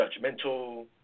judgmental